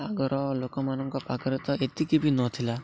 ଆଗର ଲୋକମାନଙ୍କ ପାଖରେ ତ ଏତିକି ବି ନଥିଲା